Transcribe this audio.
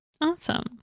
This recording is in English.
Awesome